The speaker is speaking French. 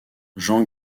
jean